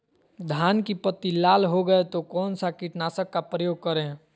धान की पत्ती लाल हो गए तो कौन सा कीटनाशक का प्रयोग करें?